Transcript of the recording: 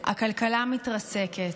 הכלכלה מתרסקת,